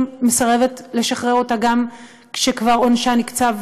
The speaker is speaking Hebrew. מסרבת לשחרר אותה גם כשכבר עונשה נקצב,